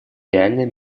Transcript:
реальная